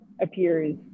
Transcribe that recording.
appears